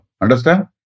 Understand